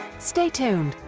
stay tuned.